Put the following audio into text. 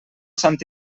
sant